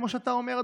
כמו שאתה אומר,